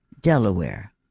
Delaware